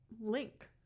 link